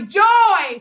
joy